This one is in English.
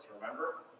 remember